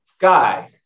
guy